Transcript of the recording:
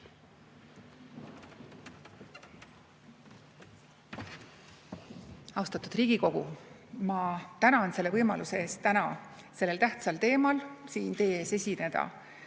Austatud Riigikogu! Ma tänan selle võimaluse eest täna sellel tähtsal teemal siin teie ees esineda.